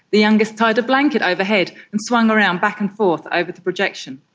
the youngest tied a blanket overhead and swung around back and forth over the projection.